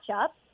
up